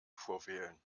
vorwählen